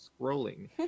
scrolling